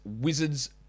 Wizards